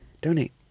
donate